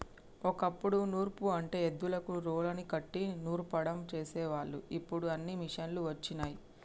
ఓ కప్పుడు నూర్పు అంటే ఎద్దులకు రోలుని కట్టి నూర్సడం చేసేవాళ్ళు ఇప్పుడు అన్నీ మిషనులు వచ్చినయ్